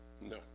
No